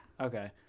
Okay